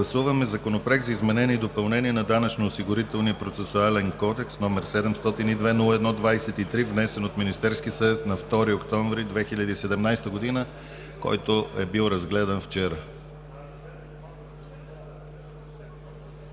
гласуване Законопроект за изменение и допълнение на Данъчно-осигурителния процесуален кодекс, № 702-01-23, внесен от Министерския съвет на 2 октомври 2017 г., който беше разгледан вчера.